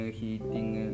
heating